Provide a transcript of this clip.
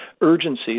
urgency